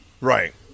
Right